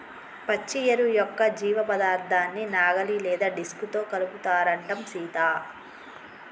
పచ్చి ఎరువు యొక్క జీవపదార్థాన్ని నాగలి లేదా డిస్క్ తో కలుపుతారంటం సీత